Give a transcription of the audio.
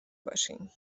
باشیم